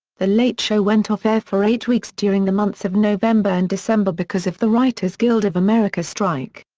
the late show went off air for eight weeks during the months of november and december because of the writers guild of america strike.